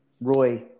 Roy